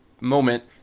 moment